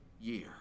year